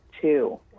Two